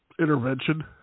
intervention